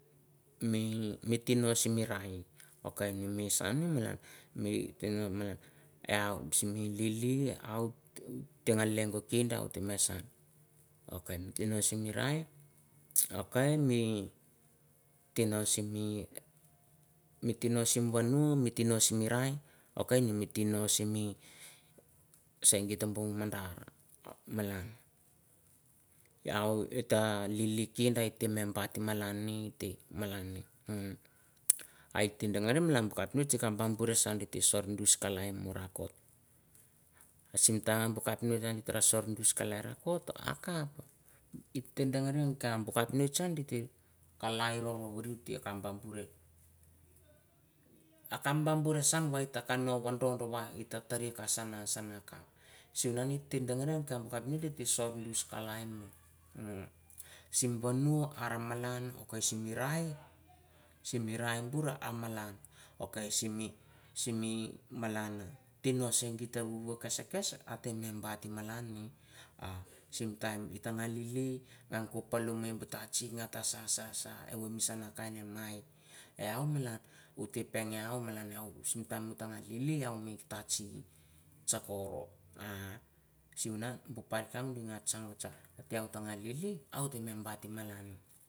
Mi tinoh sim mi rah iah, ok missah neh malan, mi khin nah malan. Eke yau sim mi lili out tah geh leng goh kin deh meh sohn. Ok kiroh sim mi rah aih, ok mi tinoh sim mi vanuh, mi tinoh sim mi raih, ok mi tinoh sang git mandarr malan. Yau heta lili kin deh, mi burtik malan neh, h'm. m. Hiteh dangah reh buh capnist ah bah buhrr teh sorh gust kalai morn rakot, ah sim time buh capnist ah gita dangareh buh capnist han giteh hiteh bam bar rih uh, ah kam boh, buh reh mi sohn wai hiteh wondoh wondoh, giteh teh reh massah nah kaph. Sinon hita dang eh reh coh buh capnist hi sorh dus kah lai, h'm. m, sim wahnuh hara malan, ok sim mi raih. Sim mi ra buh malan, ok sim mi mlanaeh ok sim mi malaneh, tenoh seh git tah whu, whu cas. seh cas, hate moh bah tik malan. Ah sim time gita gus lili ah gah goh paloh mi tah tsik sha, sha ha, he woh mimissah kain eh mhai, hata pang hiyah malaneh yau, hutu pang ah yau malaneh yau. Tah gas lili tah chi ghi sah chorr roh ah sima nan buh pot garr gha tsang heta tsak teh geh uh lili heta meh buht malanah.